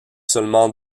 seulement